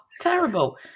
terrible